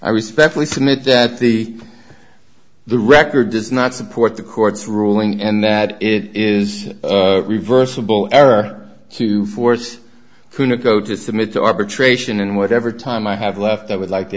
i respectfully submit that the the record does not support the court's ruling and that it is reversible error to force could it go to submit to arbitration and whatever time i have left i would like the